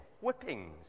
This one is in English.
whippings